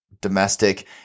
domestic